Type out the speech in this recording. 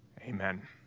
Amen